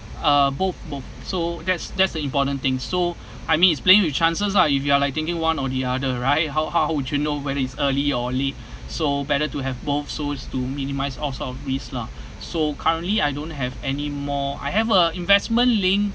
uh both both so that's that's the important thing so I mean it's playing with chances lah if you are like thinking one or the other right how how would you know whether it's early or late so better to have both so as to minimise all sort of risk lah so currently I don't have any more I have a investment linked